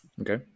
Okay